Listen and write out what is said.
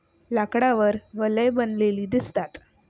लाकडावर वलये बनलेली दिसतात